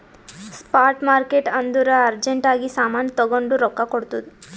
spot market ಅಂದುರ್ urgent ಆಗಿ ಸಾಮಾನ್ ತಗೊಂಡು ರೊಕ್ಕಾ ಕೊಡ್ತುದ್